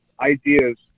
ideas